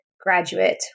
graduate